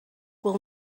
will